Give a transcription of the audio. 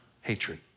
hatred